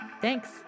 Thanks